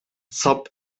zob